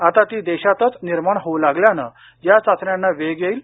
आता ती देशातच निर्माण होऊ लागल्यानं या चाचण्यांना वेग येईल